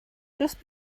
just